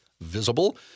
visible